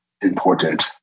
important